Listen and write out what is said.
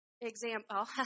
example